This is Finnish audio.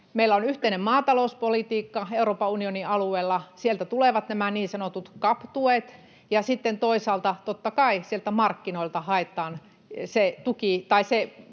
meillä on yhteinen maatalouspolitiikka Euroopan unionin alueella. Sieltä tulevat nämä niin sanotut CAP-tuet. Ja sitten toisaalta, totta kai, markkinoilta haetaan niille